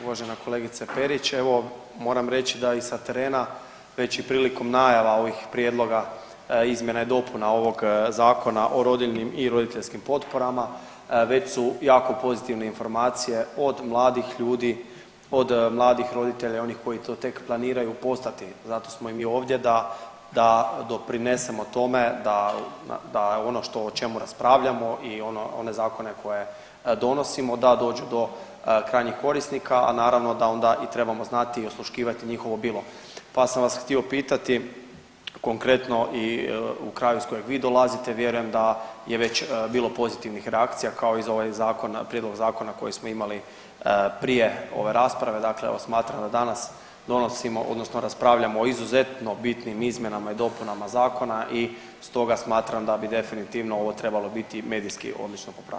Uvažena kolegice Perić, evo, moram reći da i sa terena već i prilikom najava ovih prijedloga izmjena i dopuna ovog Zakona o rodiljnim i roditeljskim potporama, već su jako pozitivne informacije od mladih ljudi, od mladih roditelja i onih koji to tek planiraju postati, zato smo i mi ovdje da doprinesemo tome da ono što o čemu raspravljamo i one zakone koje donosimo, da dođu do krajnjih korisnika, a naravno da onda i trebamo znati i osluškivati njihovo bilo pa sam vas htio pitati konkretno i u kraju iz kojeg vi dolazite, vjerujem da je već bilo pozitivnih reakcija, kao i za ovaj zakon, prijedlog zakona koji smo imali prije ove rasprave, dakle evo smatram da danas donosimo, odnosno raspravljamo o izuzetno bitnim izmjenama i dopunama zakona i stoga smatram da bi definitivno ovo trebalo biti medijski odlično